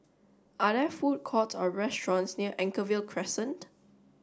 are there food courts or restaurants near Anchorvale Crescent